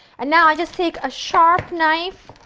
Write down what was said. and now, i just take a sharp knife,